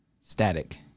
static